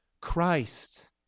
Christ